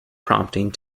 prompting